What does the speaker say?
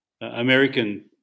American